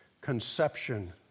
Conception